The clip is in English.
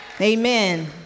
Amen